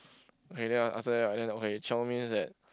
okay then after that right okay chiong means that